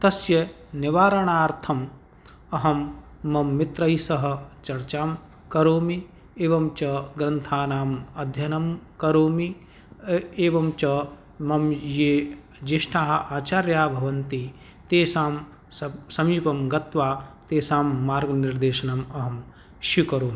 तस्य निवारणार्थम् अहं मम मित्रैः सह चर्चां करोमि एवं च ग्रन्थानाम् अध्ययनं करोमि एवं च मम ये ज्येष्ठाः आचार्याः भवन्ति तेषां स समीपं गत्वा तेषां मार्गनिर्देशनम् अहं स्वीकरोमि